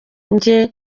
njye